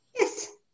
Yes